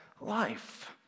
life